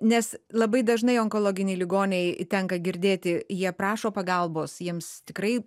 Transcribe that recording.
nes labai dažnai onkologiniai ligoniai tenka girdėti jie prašo pagalbos jiems tikrai